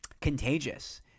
contagious